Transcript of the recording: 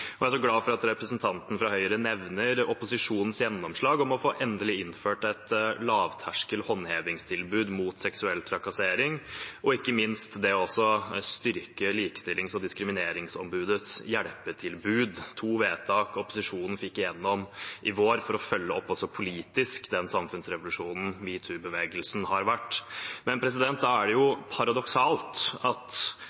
samfunnsproblem. Jeg er glad for at representanten fra Høyre nevner opposisjonens gjennomslag om endelig å få innført et lavterskel håndhevingsforbud mot seksuell trakassering og ikke minst å styrke Likestillings- og diskrimineringsombudets hjelpetilbud – to vedtak opposisjonen fikk igjennom i vår for å følge opp også politisk den samfunnsrevolusjonen metoo-bevegelsen har vært. Da er det